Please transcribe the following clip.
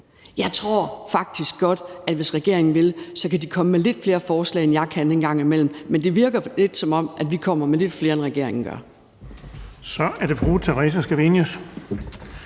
Jeg tror faktisk godt, at hvis regeringen vil, kan de komme med lidt flere forslag, end jeg kan en gang imellem, men det virker lidt, som om vi kommer med lidt flere, end regeringen gør. Kl. 19:39 Den fg.